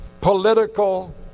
political